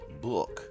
book